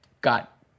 got